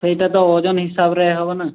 ସେଇଟା ତ ଓଜନ ହିସାବରେ ହେବ ନା